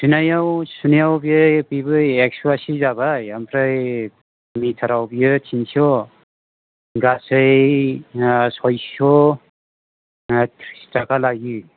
सुनायाव सुनायाव बेयो बेबो एकस' आसि जाबाय आमफ्राय मिटाराव बेयो तिनस' गासै सयस' त्रिसथाखा लायो